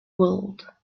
world